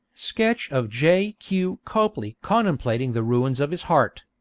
sketch of j. q. copley contemplating the ruins of his heart.